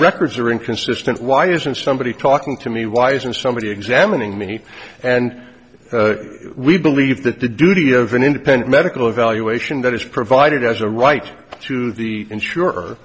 records are inconsistent why isn't somebody talking to me why isn't somebody examining me and we believe that the duty of an independent medical evaluation that is provided as a right to the insure